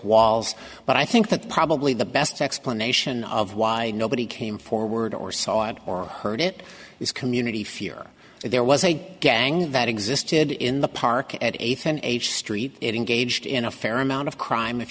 walls but i think that probably the best explanation of why nobody came forward or saw it or heard it is community fear there was a gang that existed in the park at eighth and age street engaged in a fair amount of crime if